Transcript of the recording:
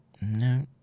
No